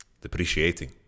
depreciating